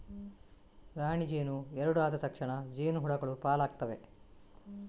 ರಾಣಿ ಜೇನು ಎರಡು ಆದ ತಕ್ಷಣ ಜೇನು ಹುಳಗಳು ಪಾಲಾಗ್ತವೆ